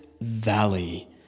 valley